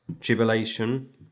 tribulation